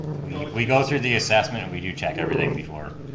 we we go through the assessment and we do check everything before.